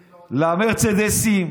למרצדסים.